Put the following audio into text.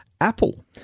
Apple